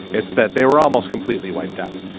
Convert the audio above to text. it's that they were almost completely wiped out.